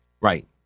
right